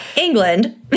England